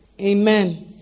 Amen